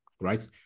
right